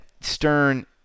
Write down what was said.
Stern